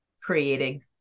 creating